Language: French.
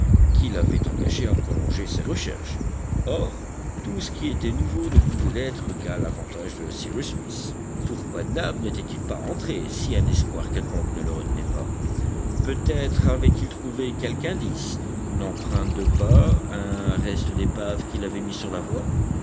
qui l'avait engagé à prolonger ses recherches or tout ce qui était nouveau ne pouvait l'être qu'à l'avantage de cyrus smith pourquoi nab n'était-il pas rentré si un espoir quelconque ne le retenait pas peut-être avait-il trouvé quelque indice une empreinte de pas un reste d'épave qui l'avait mis sur la voie